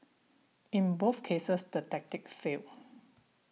in both cases the tactic failed